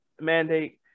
mandate